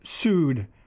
sued